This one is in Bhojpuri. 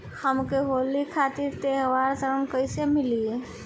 हमके होली खातिर त्योहारी ऋण कइसे मीली?